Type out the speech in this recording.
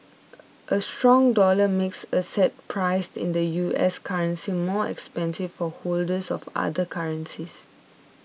a stronger dollar makes assets priced in the US currency more expensive for holders of other currencies